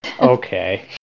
Okay